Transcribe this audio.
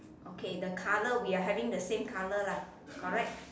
okay the colour we are having the same colour lah correct